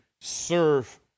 serve